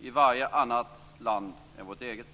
i varje annat land än vårt eget.